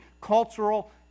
cultural